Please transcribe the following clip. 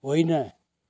होइन